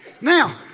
Now